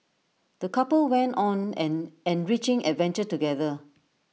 the couple went on an enriching adventure together